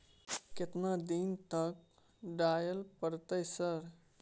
केतना दिन तक डालय परतै सर?